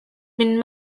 been